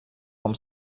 вам